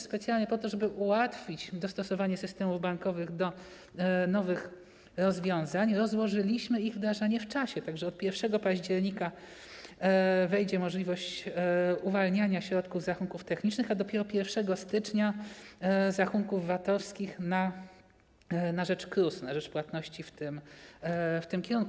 Specjalnie po to, żeby ułatwić dostosowanie systemów bankowych do nowych rozwiązań, rozłożyliśmy ich wdrażanie w czasie, tak że od 1 października wejdzie w życie możliwość uwalniania środków z rachunków technicznych, a dopiero 1 stycznia z rachunków VAT-owskich na rzecz KRUS-u, na rzecz płatności w tym kierunku.